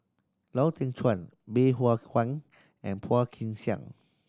Lau Teng Chuan Bey Hua Heng and Phua Kin Siang